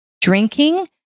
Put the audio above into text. drinking